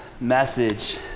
message